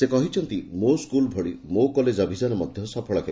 ସେ କହିଛନ୍ତି ମୋ ସ୍କୁଲ ଭଳି ମୋ କଲେଜ୍ ଅଭିଯାନ ମଧ ସଫଳ ହେବ